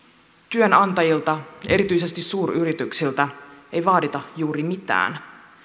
työnantajilta erityisesti suuryrityksiltä ei vaadita juuri mitään